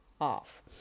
off